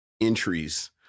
entries